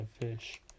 fish